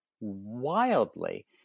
wildly